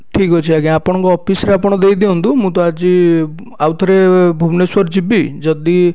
ଠିକ୍ ଅଛି ଆଜ୍ଞା ଆପଣଙ୍କ ଅଫିସ୍ରେ ଆପଣ ଦେଇଦିଅନ୍ତୁ ମୁଁ ତ ଆଜି ଆଉଥରେ ଭୁବନେଶ୍ୱର ଯିବି ଯଦି